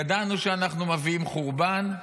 ידענו שאנחנו מביאים חורבן,